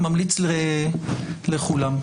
ממליץ לכולם.